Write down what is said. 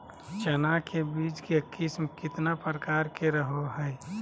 चना के बीज के किस्म कितना प्रकार के रहो हय?